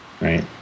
right